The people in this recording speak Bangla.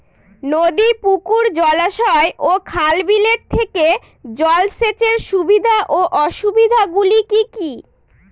নদী পুকুর জলাশয় ও খাল বিলের থেকে জল সেচের সুবিধা ও অসুবিধা গুলি কি কি?